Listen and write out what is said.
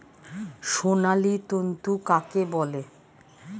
সোনালী তন্তু কাকে বলে?